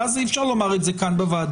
ואז אי אפשר לומר את זה כאן בוועדה.